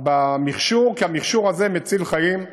מכשור, כי המכשור הזה מציל חיים,